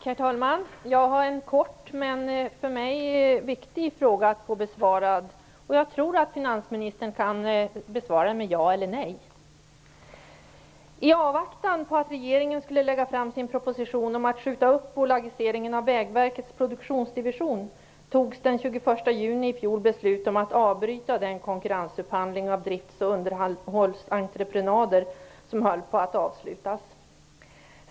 Herr talman! Jag har en kort, men för mig viktig fråga, och jag tror att finansministern kan besvara den med ja eller nej. I avvaktan på att regeringen skulle lägga fram sin proposition om att skjuta upp bolagiseringen av Vägverkets produktionsdivision togs den 21 juni i fjol beslut om att avbryta den konkurrensupphandling av drifts och underhållsentreprenader som höll på att avslutas.